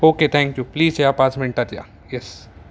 okay thank you please या पाच मिनटात या येस